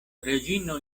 reĝino